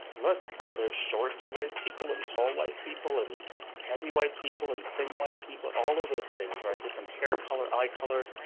look. are there short, white people and tall, white people and heavy, white people and thin, white people all of those things or different hair color, eye color?